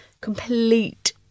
Complete